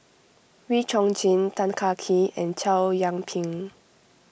Wee Chong Jin Tan Kah Kee and Chow Yian Ping